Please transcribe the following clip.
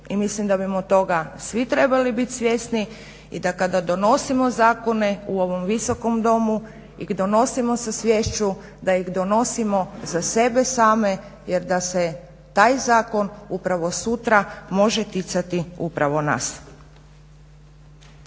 I mislim da bi smo toga svi trebali biti svjesni i da kada donosimo zakone u ovom visokom Domu ih donosimo sa sviješću da ih donosimo za sebe same jer da se taj zakon upravo sutra može ticati upravo nas.